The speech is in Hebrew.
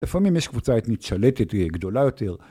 לפעמים יש קבוצה אתנית שלטת, היא גדולה יותר.